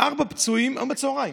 היום בצוהריים: